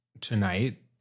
tonight